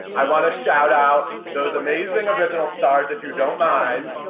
i wanna shout out those amazing original stars if you don't mind,